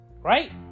Right